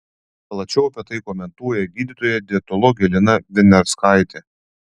plačiau apie tai komentuoja gydytoja dietologė lina viniarskaitė